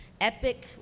epic